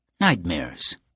Nightmares